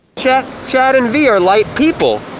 check chad and v are light people,